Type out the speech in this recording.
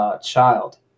child